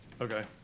Okay